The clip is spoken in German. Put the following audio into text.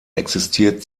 existiert